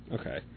okay